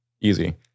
Easy